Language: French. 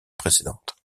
précédente